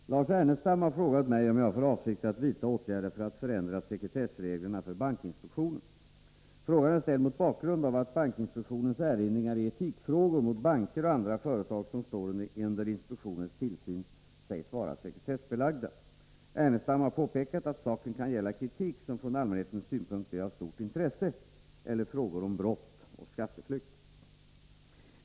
Herr talman! Lars Ernestam har frågat mig om jag har för avsikt att vidta åtgärder för att förändra sekretessreglerna för bankinspektionen. Frågan är ställd mot bakgrund av att bankinspektionens erinringar i etikfrågor mot banker och andra företag som står under inspektionens tillsyn sägs vara sekretessbelagda. Ernestam har påpekat att saken kan gälla kritik som från allmänhetens synpunkt är av stort intresse eller frågor om brott och skatteflykt.